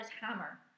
hammer